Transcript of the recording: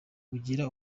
agira